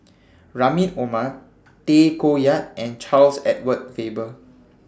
Rahim Omar Tay Koh Yat and Charles Edward Faber